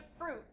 fruit